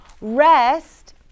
Rest